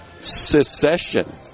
secession